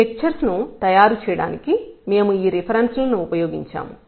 ఈ లెక్చర్స్ ను తయారు చేయడానికి మేము ఈ రిఫరెన్సు లను ఉపయోగించాం